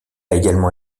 également